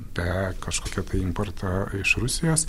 be kažkokio tai importo iš rusijos